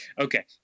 Okay